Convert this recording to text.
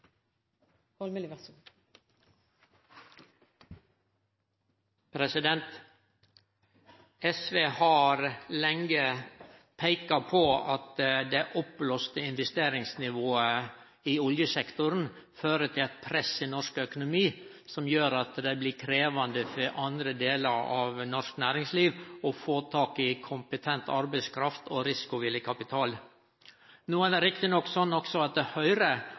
viste til. SV har lenge peika på at det oppblåste investeringsnivået i oljesektoren fører til eit press i norsk økonomi, som gjer at det blir krevjande for andre delar av norsk næringsliv å få tak i kompetent arbeidskraft og risikovillig kapital. No er det riktig nok også sånn at